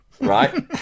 Right